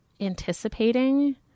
anticipating